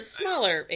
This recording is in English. smaller